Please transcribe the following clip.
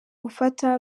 gufata